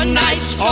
night's